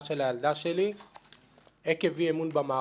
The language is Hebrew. של הילדה שלי עקב אי-אמון במערכת.